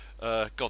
God